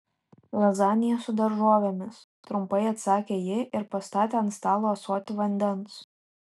lazanija su daržovėmis trumpai atsakė ji ir pastatė ant stalo ąsotį vandens